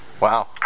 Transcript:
Wow